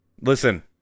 Listen